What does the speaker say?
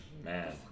Man